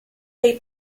dei